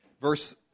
verse